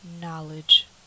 knowledge